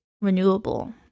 renewable